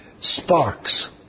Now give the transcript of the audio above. Sparks